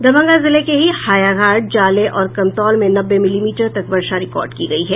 दरभंगा जिले के ही हायाघाट जाले और कमतौल में नब्बे मिलीमीटर तक वर्षा रिकॉर्ड की गयी है